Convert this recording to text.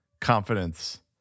Confidence